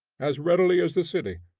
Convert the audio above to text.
as readily as the city.